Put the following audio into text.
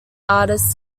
artists